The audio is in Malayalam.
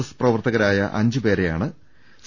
എസ് പ്രവർത്ത കരായ അഞ്ച് പേരെയാണ് സി